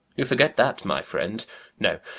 you forget that, my friend no,